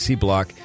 C-Block